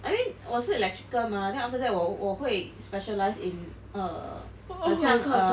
I mean 我是 electrical mah then after that 我我会 specialize in err 很像课